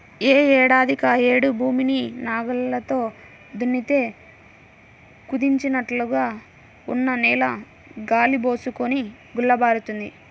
యే ఏడాదికాయేడు భూమిని నాగల్లతో దున్నితే కుదించినట్లుగా ఉన్న నేల గాలి బోసుకొని గుల్లబారుతుంది